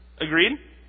Agreed